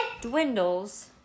Dwindles